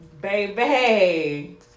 baby